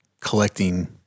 collecting